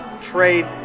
trade –